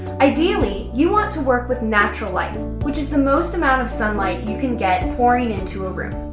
ideally, you want to work with natural light which is the most amount of sunlight you can get pouring into a room.